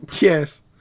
Yes